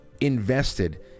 invested